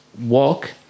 walk